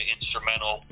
Instrumental